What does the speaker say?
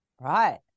right